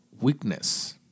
weakness